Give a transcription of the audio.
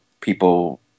people